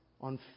on